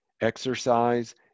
exercise